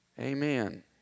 Amen